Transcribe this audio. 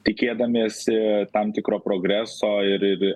tikėdamiesi tam tikro progreso ir ir ir